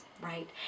right